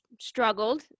struggled